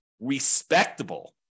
respectable